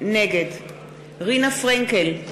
נגד רינה פרנקל,